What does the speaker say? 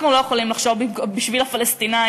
אנחנו לא יכולים לחשוב בשביל הפלסטינים,